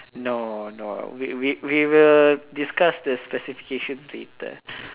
no no we we will discuss the specifications later